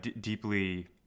deeply